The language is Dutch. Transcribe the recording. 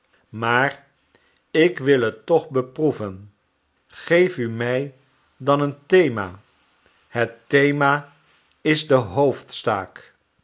maar ik wil het toch beproeven geef u mij dan een thema het thema is de hoofdzaak